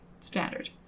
Standard